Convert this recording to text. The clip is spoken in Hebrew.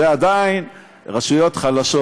זה עדיין רשויות חלשות.